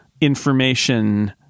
information